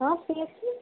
ହଁ ଫ୍ରି ଅଛି